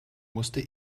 musste